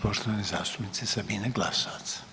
poštovane zastupnice Sabine Glasovac.